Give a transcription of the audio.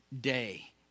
day